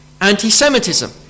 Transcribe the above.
anti-semitism